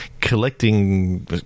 collecting